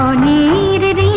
ah needed